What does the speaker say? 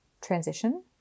transition